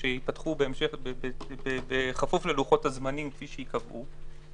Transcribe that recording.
שייפתחו בכפוף ללוחות הזמנים שייקבעו,